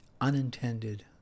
Unintended